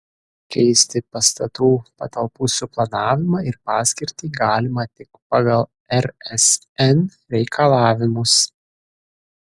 keisti pastatų patalpų suplanavimą ir paskirtį galima tik pagal rsn reikalavimus